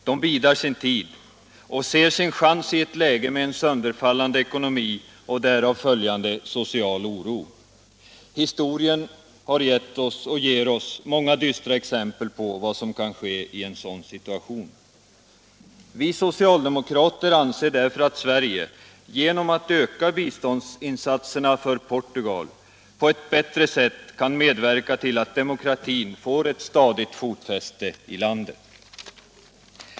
De bidar sin tid och ser sin chans i ett läge med en sönderfallande ekonomi och därav följande social oro. Historien har gett oss, och ger oss, många dystra exempel på vad som kan ske i en sådan situation. Vi socialdemokrater anser därför att Sverige genom att öka biståndsinsatserna för Portugal på ett bättre sätt kan medverka till att demokratin får ett stadigt fotfäste i landet.